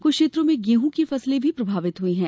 कुछ क्षेत्रों में गेहूँ की फसलें भी प्रभावित हुई हैं